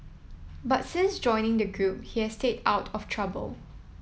but since joining the group he has stayed out of trouble